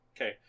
Okay